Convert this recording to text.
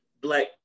black